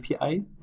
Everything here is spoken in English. API